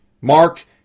Mark